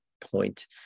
point